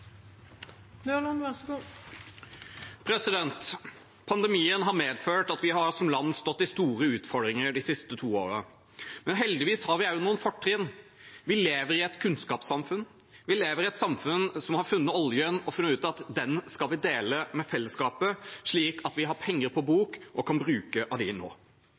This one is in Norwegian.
Pandemien har medført at vi som land har stått i store utfordringer de siste to årene. Heldigvis har vi også noen fortrinn. Vi lever i et kunnskapssamfunn, og vi lever i et samfunn som har funnet oljen, og funnet ut at vi skal dele den med fellesskapet, slik at vi har penger på bok og kan bruke av dem nå.